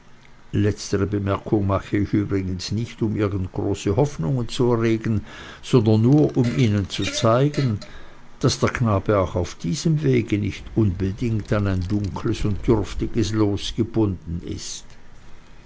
letztere bemerkung mache ich übrigens nicht um irgend große hoffnungen zu erregen sondern nur um ihnen zu zeigen daß der knabe auch auf diesem wege nicht unbedingt an ein dunkles und dürftiges los gebunden ist